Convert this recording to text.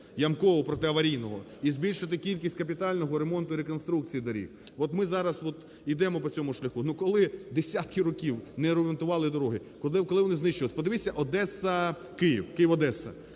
ямкового протиаварійного, і збільшити кількість капітального ремонту реконструкції доріг. От ми зараз ідемо по цьому шляху. Ну, коли десятки років не ремонтували дороги, коли вони знищувались…Подивіться, Одеса-Київ, Київ-Одеса.